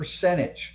percentage